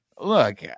Look